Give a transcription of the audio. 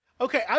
Okay